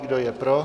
Kdo je pro?